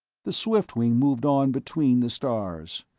the swiftwing moved on between the stars.